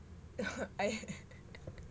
I